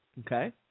Okay